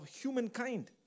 humankind